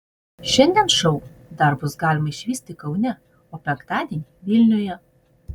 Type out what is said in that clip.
šiandien šou dar bus galima išvysti kaune o penktadienį vilniuje